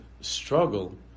struggle